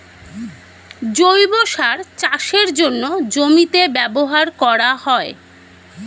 জৈব সার চাষের জন্যে জমিতে ব্যবহার করা হয়